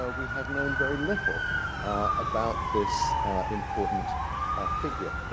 ah we have known very little about this important figure.